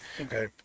Okay